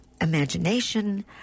imagination